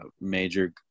major